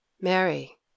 mary